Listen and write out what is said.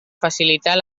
facilitar